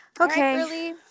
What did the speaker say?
Okay